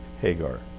Hagar